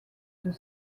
their